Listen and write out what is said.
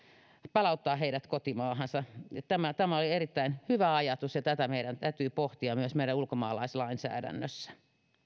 palauttaa heidät kotimaahansa tämä tämä oli erittäin hyvä ajatus ja tätä meidän täytyy pohtia myös meidän ulkomaalaislainsäädännössämme